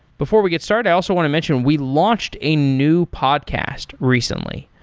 before we get started, i also want to mention, we launched a new podcast recently,